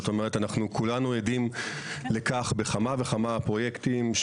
אנחנו כולנו עדים לכך בכמה וכמה פרויקטים,